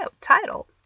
title